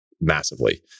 massively